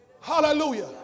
Hallelujah